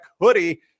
hoodie